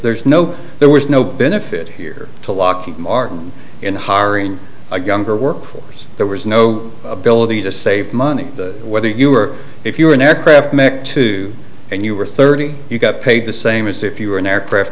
there's no there was no benefit here to lockheed martin in hiring a gun for work force there was no ability to save money whether you were if you were an aircraft mc two and you were thirty you got paid the same as if you were an aircraft